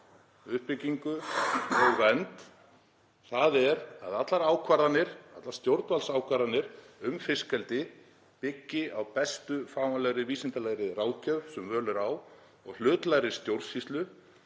uppbyggingu og vernd, er að allar ákvarðanir, allar stjórnvaldsákvarðanir um fiskeldi byggi á bestu fáanlegu vísindalegu ráðgjöf sem völ er á og hlutlægri stjórnsýslu